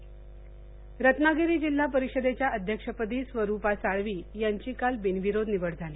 निवडणूक रव्रागिरी जिल्हा परिषदेच्या अध्यक्षपदी स्वरूपा साळवी यांची काल बिनविरोध निवड झाली